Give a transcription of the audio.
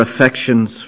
affections